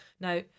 Now